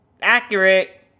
accurate